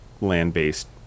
land-based